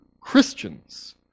Christians